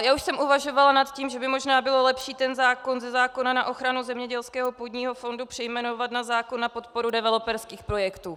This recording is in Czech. Už jsem uvažovala nad tím, že by možná bylo lepší ten zákon ze zákona na ochranu zemědělského půdního fondu přejmenovat na zákon na podporu developerských projektů.